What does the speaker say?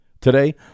Today